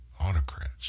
Autocrats